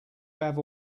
have